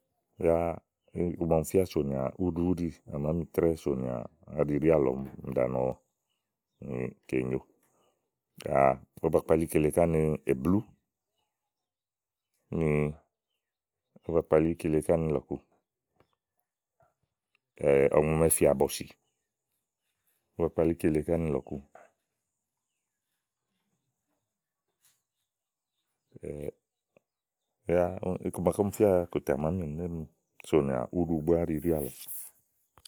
yá iku ma ɔmi fía sònìà úɖu úɖì à màámi trɛ́ɛ sònìà áɖi ɖíàlɔ bezi kpalí kile ká ni èblù úni ówó ba kpali kile ká ni lɔ̀ku ɔ̀ŋùmɛ fìà bɔ̀sì ówó ba kpalí kile ká ni lɔ̀ku yá iku maké ɔmi fía sònìà úɖu úɖì à màá mi nɔ̀ɔémì tè ɖíàlɔ.